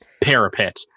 parapet